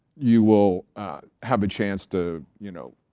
you will have a chance to, you know.